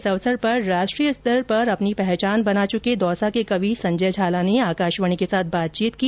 इस अवसर पर राष्ट्रीय स्तर पर अपनी पहचान बना चुके दौसा के कवि संजय झाला ने आकाशवाणी के साथ बातचीत की